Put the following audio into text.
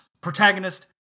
protagonist